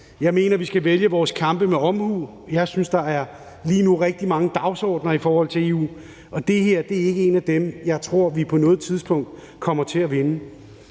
Jeg mener, at vi skal vælge vores kampe med omhu, og jeg synes, at der lige nu er rigtig mange dagsordener i forhold til EU, og den her er ikke en af dem, jeg tror vi på noget tidspunkt kommer til at vinde.